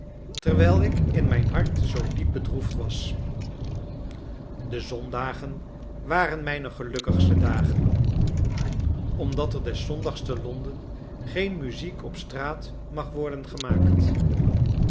terwijl ik in mijn hart zoo diep bedroefd was de zondagen waren mijne gelukkigste dagen omdat er des zondags te londen geen muziek op straat mag worden gemaakt